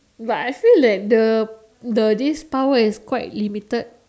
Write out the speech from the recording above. but I feel that the the this power is quite limited